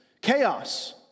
chaos